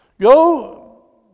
Go